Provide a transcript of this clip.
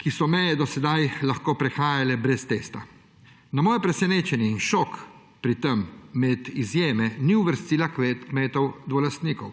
ki so meje do sedaj lahko prehajale brez testa. Na moje presenečenje in šok pri tem med izjeme ni uvrstila kmetov dvolastnikov,